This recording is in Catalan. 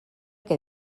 què